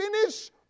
finish